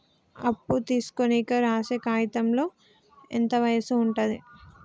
అప్పు తీసుకోనికి రాసే కాయితంలో ఎంత వయసు ఉంటది?